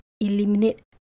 eliminate